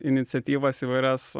iniciatyvas įvairias